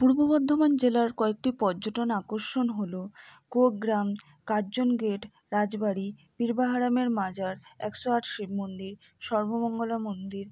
পূর্ব বর্ধমান জেলার কয়েকটি পর্যটন আকর্ষণ হল কুয়োগ্রাম কার্জন গেট রাজবাড়ি পীর বাহারামের মাজার একশো আট শিব মন্দির সর্বমঙ্গলা মন্দির